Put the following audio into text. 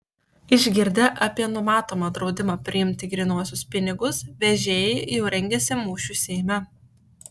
išgirdę apie numatomą draudimą priimti grynuosius pinigus vežėjai jau rengiasi mūšiui seime